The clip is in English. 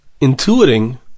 intuiting